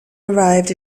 arrived